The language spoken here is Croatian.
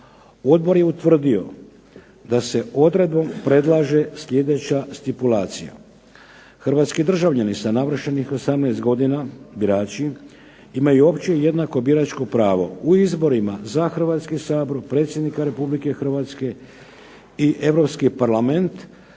Odbor je utvrdio da se odredbom predlaže sljedeća stipulacija: hrvatski državljani sa navršenih 18 godina, birači, imaju opće i jednako biračko pravo u izborima za Hrvatski sabor, Predsjednika Republike Hrvatske i Europski parlament